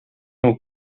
nhw